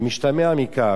המשתמע מכך,